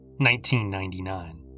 1999